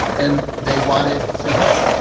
and they wanted some help.